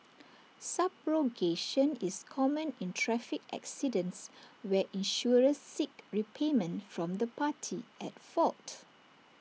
subrogation is common in traffic accidents where insurers seek repayment from the party at fault